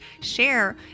share